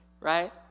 right